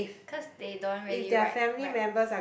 cause they don't really ride rides